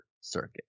Circuit